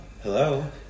hello